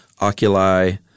oculi